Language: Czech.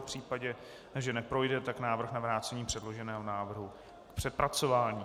V případě, že neprojde, tak návrh na vrácení předloženého návrhu k přepracování.